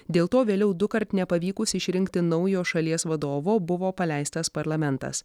dėl to vėliau dukart nepavykus išrinkti naujo šalies vadovo buvo paleistas parlamentas